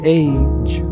age